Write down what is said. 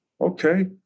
Okay